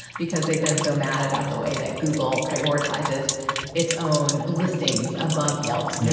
because they've been so mad about the way that google prioritizes its own listings above yelp's. yeah